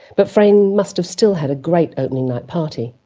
but frayn must have still had a great opening night party.